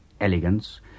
elegance